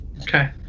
Okay